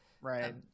Right